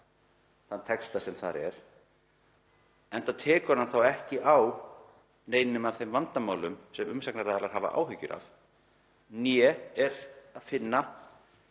þann texta sem þar er, enda tekur hann þá ekki á neinum af þeim vandamálum sem umsagnaraðilar hafa áhyggjur af né er þarna